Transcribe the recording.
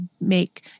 make